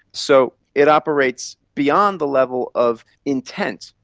so it operates beyond the level of intent.